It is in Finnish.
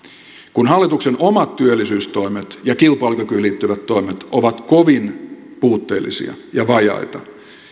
kun hallituksen omat työllisyystoimet ja kilpailukykyyn liittyvät toimet ovat kovin puutteellisia ja vajaita